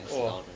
!wah!